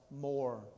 more